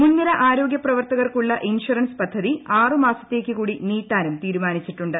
മുൻനിര ആരോഗ്യ പ്രവർത്തകർക്കുള്ള ഇൺഷുറൻസ് പദ്ധതി ആറുമാസത്തേക്ക് കൂടി നീട്ടാനും തീരുമാനിച്ചിട്ടുണ്ട്